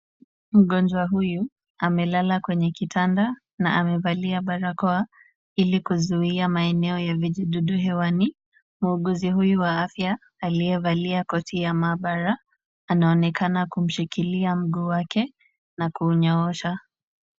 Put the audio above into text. Mgonjwa huyu amelala kwenye kitanda na amevalia barakoa ili kuzuia maeneo ya vijidudu hewani. Muuguzi huyu wa afya, aliyevalia koti ya maabara, anaonekana kumshikilia mguu wake na kuunyoosha.